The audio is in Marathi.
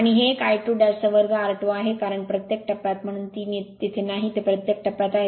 आणि हे एक I22r2 आहे कारण प्रत्येक टप्प्यात म्हणून 3 तेथे नाही ते प्रत्येक टप्प्यात आहेत